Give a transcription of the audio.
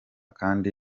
kandi